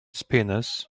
spinners